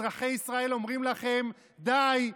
אזרחי ישראל אומרים לכם: די,